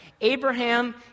Abraham